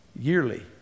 yearly